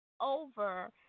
over